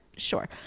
sure